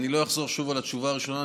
אני לא אחזור שוב על התשובה הראשונה,